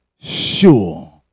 Sure